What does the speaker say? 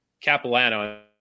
Capilano